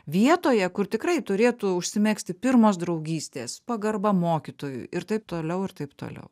vietoje kur tikrai turėtų užsimegzti pirmos draugystės pagarba mokytojui ir taip toliau ir taip toliau